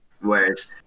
whereas